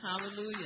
Hallelujah